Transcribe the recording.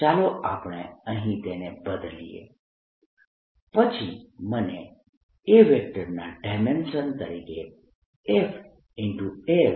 ચાલો આપણે અહીં તેને બદલીએ પછી મને A ના ડાયમેંશન્સ તરીકે F